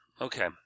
Okay